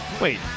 Wait